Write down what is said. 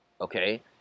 okay